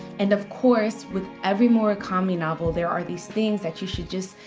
and of course with every murakami novel there are these things that you should just,